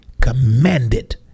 commanded